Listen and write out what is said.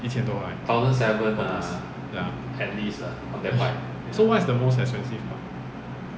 一千多 right !wah! so what's the most expensive part